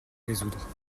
résoudre